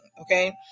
okay